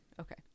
Okay